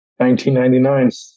1999